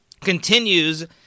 continues